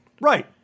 Right